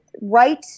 right